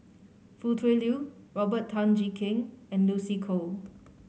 Foo Tui Liew Robert Tan Jee Keng and Lucy Koh